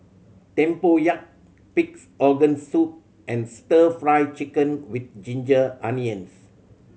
tempoyak Pig's Organ Soup and Stir Fry Chicken with ginger onions